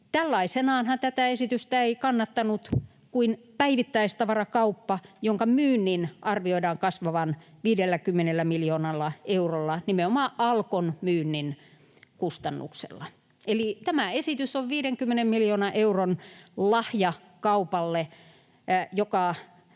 Tällaisenaanhan tätä esitystä ei kannattanut kuin päivittäistavarakauppa, jonka myynnin arvioidaan kasvavan 50 miljoonalla eurolla nimenomaan Alkon myynnin kustannuksella. Eli tämä esitys on 50 miljoonan euron lahja kaupalle, joka